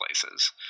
places